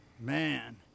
man